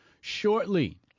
shortly